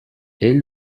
ell